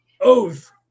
oath